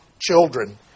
children